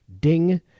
ding